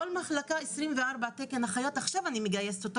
כל מחלקה 24 תקני אחיות שעכשיו אני מגייסת,